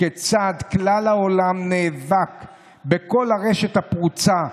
כיצד כל העולם נאבק בכל הרשת הפרוצה,